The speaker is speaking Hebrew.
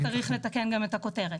אז צריך לתקן גם את הכותרת.